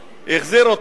החזיר אותו,